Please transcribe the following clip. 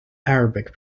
arabic